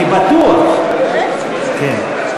אני בטוח, כן.